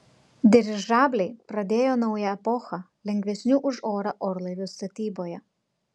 dirižabliai pradėjo naują epochą lengvesnių už orą orlaivių statyboje